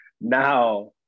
now